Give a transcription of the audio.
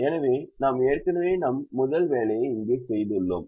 எனவே நாம் ஏற்கனவே நம் முதல் வேலையை இங்கே செய்துள்ளோம்